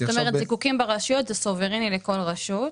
זאת אומרת, זיקוקים ברשויות זה סוברני לכל רשות?